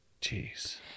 Jeez